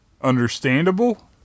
Understandable